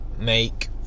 make